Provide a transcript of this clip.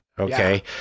Okay